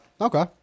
okay